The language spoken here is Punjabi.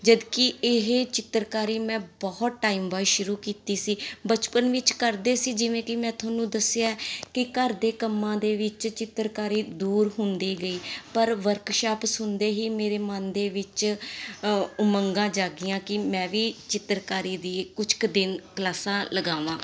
ਜਦੋਂ ਕਿ ਇਹ ਚਿੱਤਰਕਾਰੀ ਮੈਂ ਬਹੁਤ ਟਾਈਮ ਬਾਅਦ ਸ਼ੁਰੂ ਕੀਤੀ ਸੀ ਬਚਪਨ ਵਿੱਚ ਕਰਦੇ ਸੀ ਜਿਵੇਂ ਕਿ ਮੈਂ ਤੁਹਾਨੂੰ ਦੱਸਿਆ ਕਿ ਘਰ ਦੇ ਕੰਮਾਂ ਦੇ ਵਿੱਚ ਚਿੱਤਰਕਾਰੀ ਦੂਰ ਹੁੰਦੀ ਗਈ ਪਰ ਵਰਕਸ਼ਾਪ ਸੁਣਦੇ ਹੀ ਮੇਰੇ ਮਨ ਦੇ ਵਿੱਚ ਉਮੰਗਾਂ ਜਾਗੀਆਂ ਕਿ ਮੈਂ ਵੀ ਚਿੱਤਰਕਾਰੀ ਦੀ ਕੁਛ ਕੁ ਦਿਨ ਕਲਾਸਾਂ ਲਗਾਵਾਂ